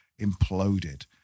imploded